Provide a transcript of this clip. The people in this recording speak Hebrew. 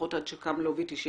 לפחות עד הקמת לובי 99